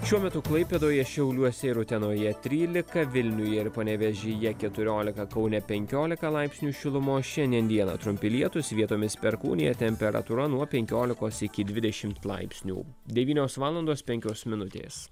šiuo metu klaipėdoje šiauliuose ir utenoje trylika vilniuje ir panevėžyje keturiolika kaune penkiolika laipsnių šilumos šiandien dieną trumpi lietūs vietomis perkūnija temperatūra nuo penkiolikos iki dvidešimt laipsnių devynios valandos penkios minutės